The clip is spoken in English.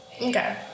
Okay